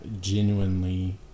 genuinely